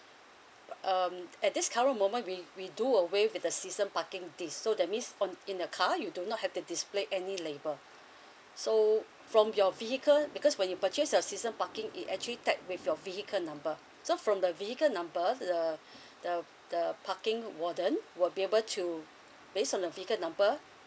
uh at this current moment we we do away with the system parking this so that means on in the car you do not have the displayed any label so from your vehicle because when you purchase a season parking it actually tied with your vehicle number so from the vehicle number the the the parking warden we'll be able to based on the vehicles number